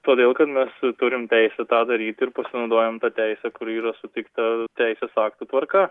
todėl kad mes turim teisę tą daryt ir pasinaudojom ta teise kuri yra suteikta teisės aktų tvarka